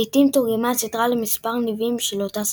לעיתים תורגמה הסדרה למספר ניבים של אותה שפה.